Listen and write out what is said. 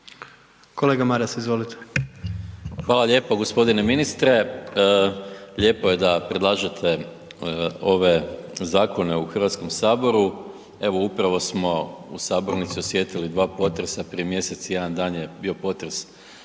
Gordan (SDP)** Hvala lijepo. g. Ministre, lijepo je da predlažete ove zakone u HS, evo upravo smo u sabornici osjetili 2 potresa, prije mjesec i jedan dan je bio potres